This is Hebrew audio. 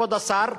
כבוד השר,